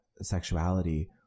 sexuality